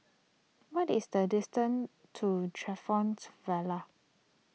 what is the distance to Vale